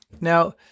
Now